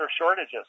shortages